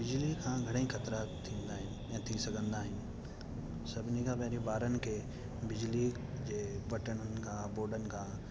बिजली खां घणेई ख़तिरा थींदा आहिनि या थी सघंदा आहिनि सभिनी खां पहिरीं ॿारनि खे बिजली जे बटणनि खां बोर्डनि खां